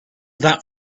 that